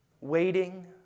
Waiting